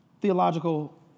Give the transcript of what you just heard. theological